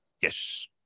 yes